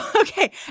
okay